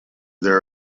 there